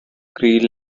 cree